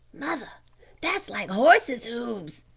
mother that's like horses' hoofs,